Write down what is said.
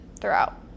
throughout